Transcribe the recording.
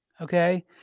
Okay